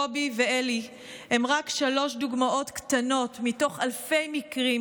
קובי ואלי הם רק שלוש דוגמאות קטנות מתוך אלפי מקרים